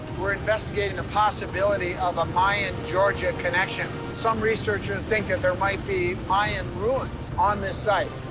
we're investigating the possibility of a mayan-georgia connection. some researchers think that there might be mayan ruins on this site,